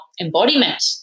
embodiment